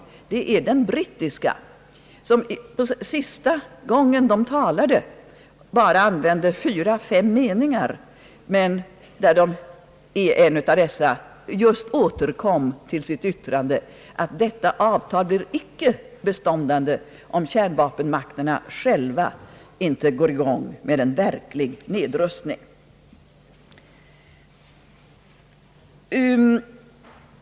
Sista gången britterna talade, använde de bara fyra eller fem meningar, och i en av dem återkom de just till att avtalet icke blir beståndande om inte kärnvapenmakterna själva går i gång med en verklig nedrustning.